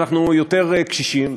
שאנחנו יותר קשישים,